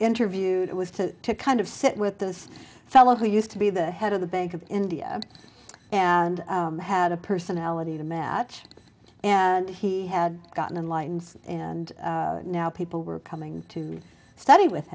interviewed it was to kind of sit with this fellow who used to be the head of the bank of india and had a personality to match and he had gotten lines and now people were coming to study with